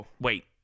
Wait